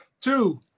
Two